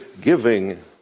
giving